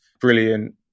brilliant